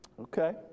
okay